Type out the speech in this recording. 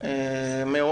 מאוד